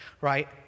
right